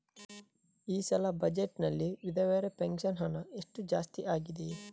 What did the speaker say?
ಈ ಸಲದ ಬಜೆಟ್ ನಲ್ಲಿ ವಿಧವೆರ ಪೆನ್ಷನ್ ಹಣ ಎಷ್ಟು ಜಾಸ್ತಿ ಆಗಿದೆ?